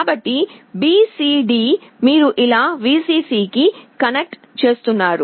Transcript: కాబట్టి BCD మీరు ఇలా Vcc కి కనెక్ట్ చేస్తున్నారు